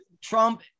Trump